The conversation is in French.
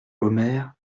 omer